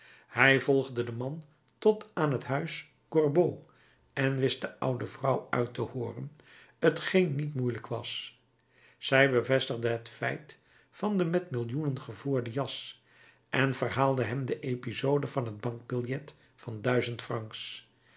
hij volgde den man tot aan het huis gorbeau en wist de oude vrouw uit te hooren t geen niet moeilijk was zij bevestigde het feit van de met millioenen gevoerden jas en verhaalde hem de episode van het bankbiljet van duizend francs